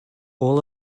all